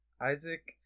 Isaac